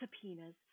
subpoenas